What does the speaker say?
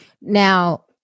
Now